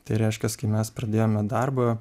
tai reiškias kai mes pradėjome darbą